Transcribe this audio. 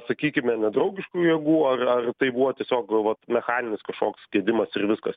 sakykime nedraugiškų jėgų ar ar tai buvo tiesiog vat mechaninis kašoks gedimas ir viskas